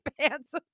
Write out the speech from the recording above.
pants